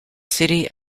city